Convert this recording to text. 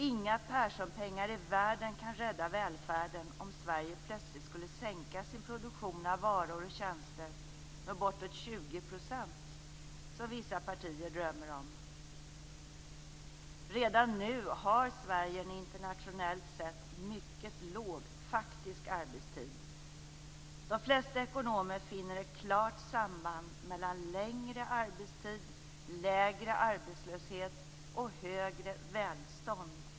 Inga Perssonpengar i världen kan rädda välfärden om Sverige plötsligt skulle sänka sin produktion av varor och tjänster med bortåt 20 % som vissa partier drömmer om. Redan nu har Sverige en internationellt sett mycket låg faktisk arbetstid. De flesta ekonomer finner ett klart samband mellan längre arbetstid, lägre arbetslöshet och högre välstånd.